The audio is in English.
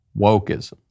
wokeism